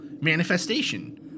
manifestation